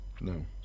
No